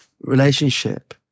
relationship